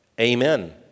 amen